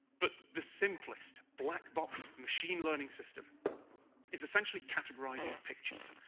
but the simplest black-box machine learning system is essentially categorizing pictures.